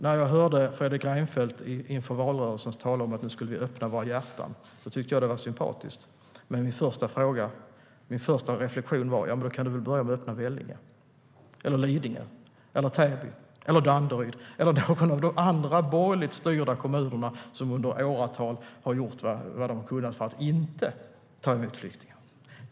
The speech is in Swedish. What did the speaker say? När jag hörde Fredrik Reinfeldt inför valrörelsen tala om att vi nu skulle öppna våra hjärtan tyckte jag att det var sympatiskt. Men min första reflektion var: Ja, men då kan du väl börja med att öppna Vellinge, Lidingö, Täby, Danderyd eller någon av de andra borgerligt styrda kommuner som under åratal har gjort vad de kunnat för att inte ta emot flyktingar.